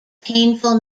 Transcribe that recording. painful